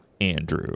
Andrew